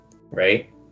right